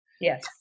Yes